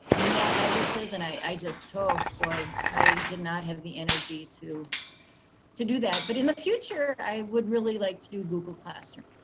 email addresses and i just oh boy, i did not have the energy to to do that. but in the future i would really like to do google classroom.